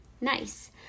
nice